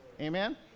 Amen